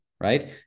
right